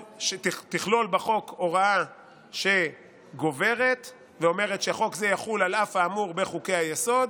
שתכלול בחוק הוראה שגוברת ואומרת שחוק זה יחול על אף האמור בחוקי-היסוד,